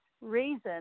reason